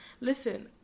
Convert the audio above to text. Listen